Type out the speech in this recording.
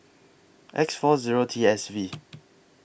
X four Zero T S V